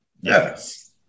Yes